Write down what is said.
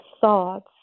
thoughts